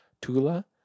tula